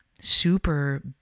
super